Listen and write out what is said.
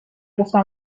گفتم